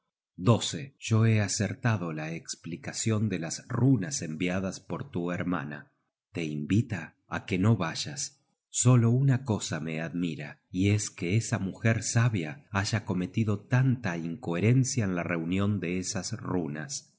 yo he acertado la csplicacion de las runas enviadas por tu hermana te invita á que no vayas solo una cosa me admira y es que esa mujer sabia haya cometido tanta incoherencia en la reunion de esas runas